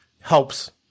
helps